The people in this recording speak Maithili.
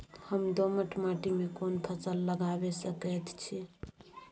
हम दोमट माटी में कोन फसल लगाबै सकेत छी?